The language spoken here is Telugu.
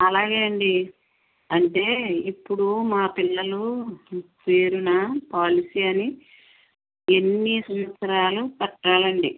అలాగే అండి అంటే ఇప్పుడు మా పిల్లల పేరున పాలసీ అని ఎన్ని సంవత్సరాలు కట్టాలండి